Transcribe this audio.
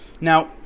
now